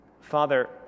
Father